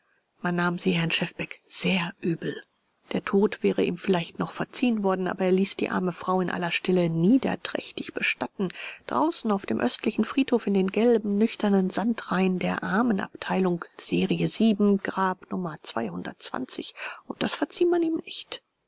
man nahm sie herrn schefbeck sehr übel der tod wäre ihm vielleicht noch verziehen worden aber er ließ die arme frau in aller stille niederträchtig bestatten draußen auf dem östlichen friedhof in den gelben nüchternen sandreihen der armenabteilung serie sieben grab nummer zweihundertundzwanzig und das verzieh man ihm nicht